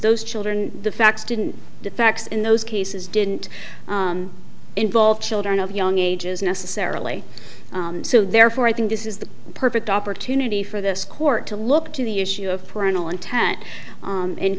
those children the facts didn't the facts in those cases didn't involve children of young ages necessarily so therefore i think this is the perfect opportunity for this court to look to the issue of parental intent